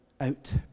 out